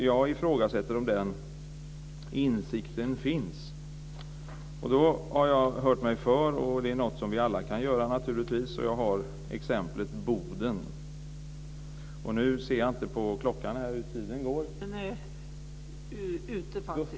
Jag ifrågasätter om den insikten finns. Jag har hört mig för - det är naturligtvis något som vi alla kan göra - och jag har exemplet Boden. Men tiden går, och jag förstår nu att min talartid är slut. Jag får ta exemplet Boden vid nästa tillfälle.